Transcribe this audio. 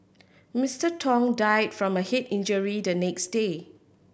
Mister Tong died from a head injury the next day